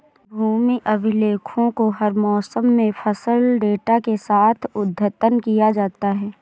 भूमि अभिलेखों को हर मौसम में फसल डेटा के साथ अद्यतन किया जाता है